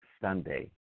Sunday